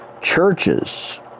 churches